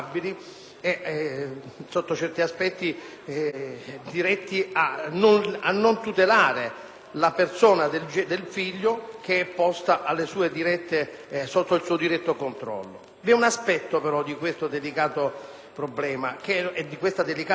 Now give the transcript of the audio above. la persona del figlio, che è posta sotto il loro diretto controllo. Vi è un aspetto però di questo delicato problema e di questa delicata pena accessoria che attiene non alla persona del genitore ma